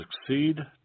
succeed